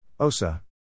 OSA